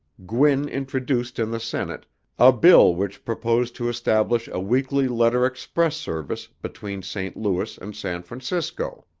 gwin introduced in the senate a bill which proposed to establish a weekly letter express service between st. louis and san francisco.